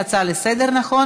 הצעה לסדר-היום,